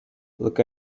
look